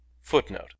footnote